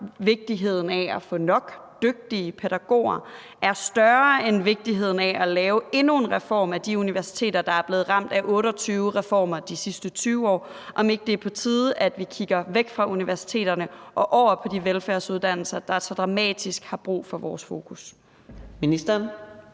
vigtigheden af at få nok dygtige pædagoger er større end vigtigheden af at lave endnu en reform af de universiteter, der er blevet ramt af 28 reformer de sidste 20 år – altså, om ikke det er på tide, at vi kigger væk fra universiteterne og over på de velfærdsuddannelser, der så dramatisk har brug for vores fokus.